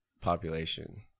population